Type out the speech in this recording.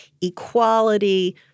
equality